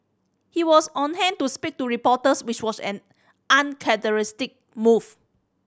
he was on hand to speak to reporters which was an move